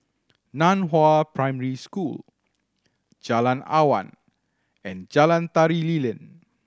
Nan Hua Primary School Jalan Awan and Jalan Tari Lilin